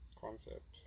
concept